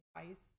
advice